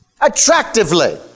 Attractively